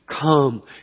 come